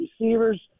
receivers